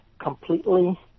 completely